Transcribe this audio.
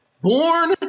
born